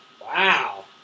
Wow